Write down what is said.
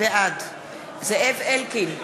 בעד זאב אלקין,